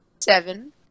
seven